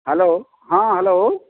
hello ହଁ hello